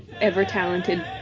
ever-talented